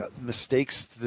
mistakes